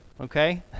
Okay